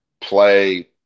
Play